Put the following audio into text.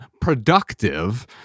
productive